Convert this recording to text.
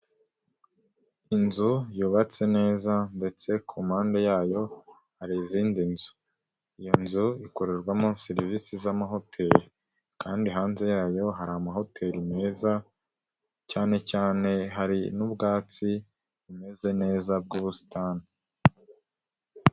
Inzu yubatse neza ndetse ku mpande yayo hari izindi nzu, iyo nzu ikorerwamo serivisi z' amahoteli kandi hanze yayo hari amahoteli meza, cyane cyane hari n'ubwubatsi bumeze neza bw'ubusitani.